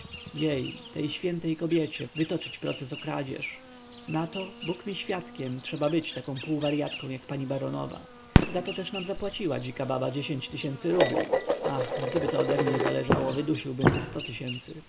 jej tej świętej kobiecie wytoczyć proces o kradzież nato bóg mi świadkiem trzeba być taką półwaryatką jak pani baronowa zato też nam zapłaciła dzika baba dziesięć tysięcy rubli ach gdyby to odemnie zależało wydusiłbym ze sto tysięcy